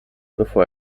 bevor